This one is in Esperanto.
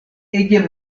ege